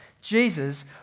Jesus